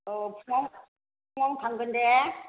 अ फुङाव फुङाव थांगोन दे